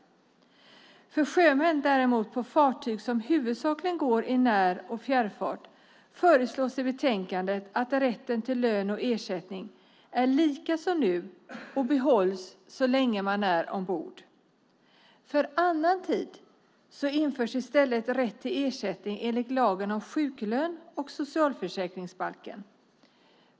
För sjömän på fartyg som huvudsakligen går i när och fjärrfart föreslås i betänkandet att rätten till lön och ersättning är lika som nu och behålls så länge man är ombord. För annan tid införs i stället rätt till ersättning enligt lagen om sjuklön och socialförsäkringsbalken.